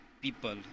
people